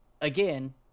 again